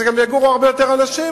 גם יגורו הרבה יותר אנשים,